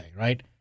right